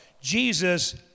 Jesus